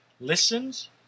listens